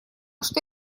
что